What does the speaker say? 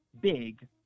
big